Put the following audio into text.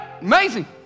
amazing